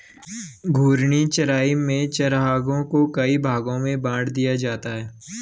घूर्णी चराई में चरागाहों को कई भागो में बाँट दिया जाता है